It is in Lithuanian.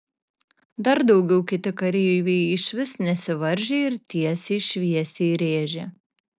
dar daugiau kiti kareiviai išvis nesivaržė ir tiesiai šviesiai rėžė